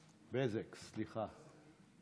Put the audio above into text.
בֶּזֶק, סליחה.